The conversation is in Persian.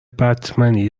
بتمنی